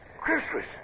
Christmas